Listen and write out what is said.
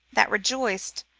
that rejoiced,